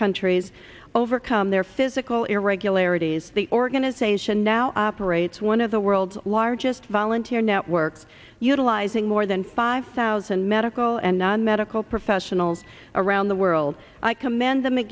countries overcome their physical irregularities the organization now operates one of the world's largest volunteer networks utilizing more than five thousand medical and non medical professionals around the world i commend them